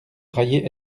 railler